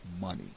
money